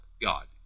God